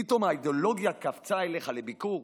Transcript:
פתאום האידיאולוגיה קפצה אליך לביקור?